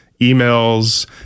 emails